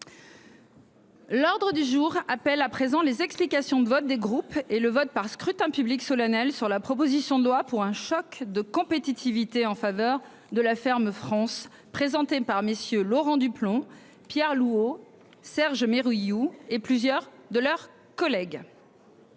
L'ordre du jour appelle à présent, les explications de vote, des groupes et le vote par scrutin public solennel sur la proposition de loi pour un choc de compétitivité en faveur de la ferme France présenté par messieurs Laurent Duplomb Pierre Louvot Serge Méry You et plusieurs de leurs collègues.